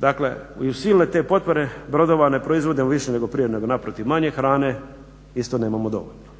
Dakle, i uz silne te potpore brodova ne proizvodimo više nego prije, nego naprotiv manje, hrane isto nemamo dovoljno.